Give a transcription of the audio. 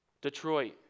Detroit